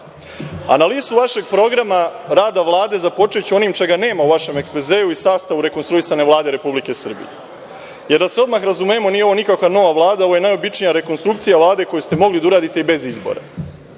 rad. Analizu vašeg programa rada Vlade započeće onim čega nema u vašem ekspozeu i sastavu rekonstruisane Vlada Republike Srbije, jer da se odmah razumemo, nije ovo nikakva nova Vlada, ovo je najobičnija rekonstrukcija Vlade koju ste mogli da uradite i bez izbora.